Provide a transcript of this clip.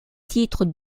titres